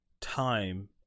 time